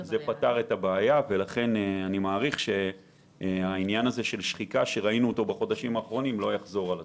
זה פתר את הבעיה ואני מעריך שהשחיקה שתיארתי לא תחזור על עצמה.